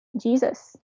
Jesus